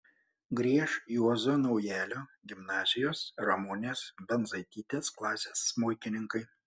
grieš juozo naujalio gimnazijos ramunės bandzaitytės klasės smuikininkai